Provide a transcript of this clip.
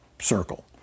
circle